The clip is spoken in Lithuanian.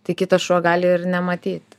tai kitas šuo gali ir nematyt